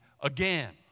again